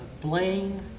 Blaine